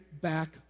back